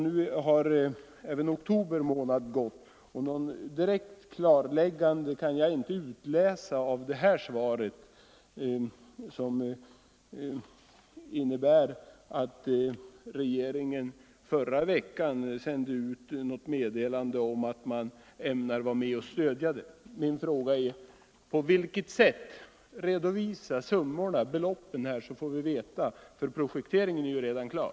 Nu har även oktober månad förflutit. Något direkt klarläggande kan jag inte utläsa av svaret, som ju bara innebär att regeringen förra veckan sände ut något slags meddelande om att man ämnar vara med om att stödja projektet. Min fråga är: På vilket sätt? Redovisa beloppen, så att vi får besked — planeringen är ju redan klar!